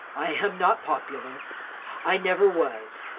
i am not popular i never was.